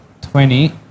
Twenty